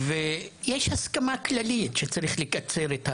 יש הסכמה כללית שצריך לקצר את התורנויות,